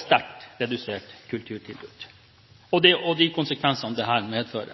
sterkt redusert kulturtilbud, med de konsekvensene dette får.